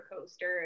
coaster